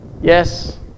Yes